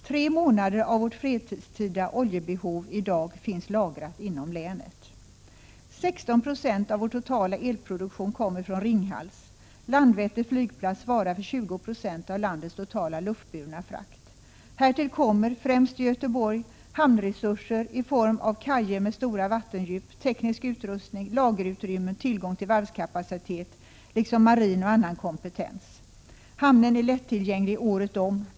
Tre månader av vårt fredstida oljebehov i dag finns lagrat inom länet. 16 90 av vår totala elproduktion kommer från Ringhals. Härtill kommer, främst i Göteborg, hamnresurser i form av kajer med stora vattendjup, teknisk utrustning, lagerutrymmen, tillgång till varvskapacitet liksom marin och annan kompetens. Hamnarna är lätt tillgängliga året om.